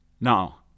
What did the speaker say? Now